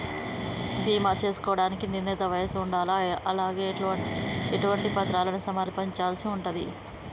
బీమా చేసుకోవడానికి నిర్ణీత వయస్సు ఉండాలా? అలాగే ఎటువంటి పత్రాలను సమర్పించాల్సి ఉంటది?